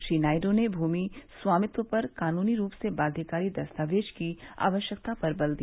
श्री नायडू ने भूमि स्वामित्व पर कानूनी रूप से बाध्यकारी दस्तावेज की आवश्यकता पर बल दिया